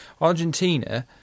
Argentina